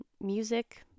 music